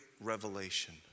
revelation